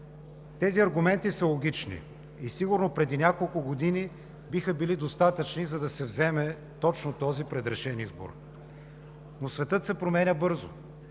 Тези аргументи са логични. Сигурно преди няколко години биха били достатъчни, за да се вземе точно този предрешен избор. Светът се променя бързо.